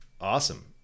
awesome